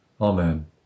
Amen